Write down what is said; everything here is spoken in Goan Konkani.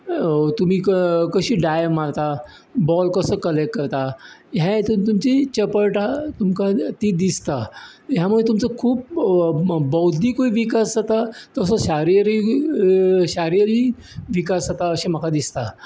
तुमी कशी डाय मारता बॉल कसो कलॅक्ट करतात हे हेतून तुमची चपळटाय तुमकां ती दिसता ह्या मुळे तुमचो खूब बौद्धीकूय विकास जाता तसो शारिरीक विकास जाता अशें म्हाका दिसता